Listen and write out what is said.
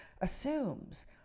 assumes